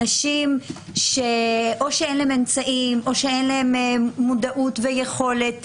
אנשים שאו שאין להם אמצעים או שאין להם מודעות ויכולת